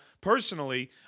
Personally